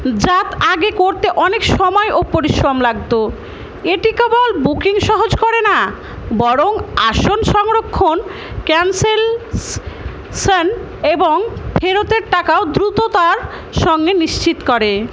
যা আগে করতে অনেক সময় ও পরিশ্রম লাগত এটি কেবল বুকিং সহজ করে না বরং আসন সংরক্ষণ ক্যান্সেলেসান এবং ফেরতের টাকাও দ্রুততার সঙ্গে নিশ্চিত করে